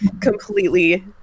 completely